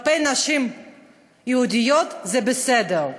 כלפי נשים יהודיות, זה בסדר,